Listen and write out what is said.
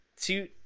two